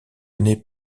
n’est